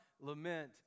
lament